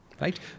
Right